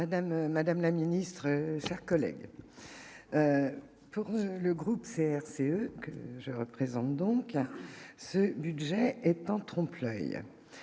Madame la Ministre, chers collègues, le groupe CRCE, que je représente donc ce budget est en trompe l'oeil,